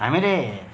हामीले